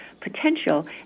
potential